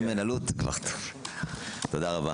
תודה.